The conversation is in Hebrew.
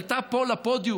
היא עלתה פה לפודיום